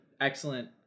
Excellent